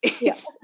Yes